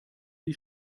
die